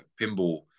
pinball